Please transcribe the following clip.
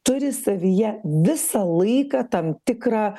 turi savyje visą laiką tam tikrą